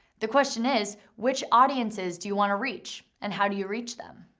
the question is which audiences do you wanna reach and how do you reach them?